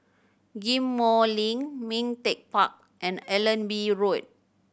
Ghim Moh Link Ming Teck Park and Allenby Road